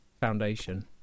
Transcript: foundation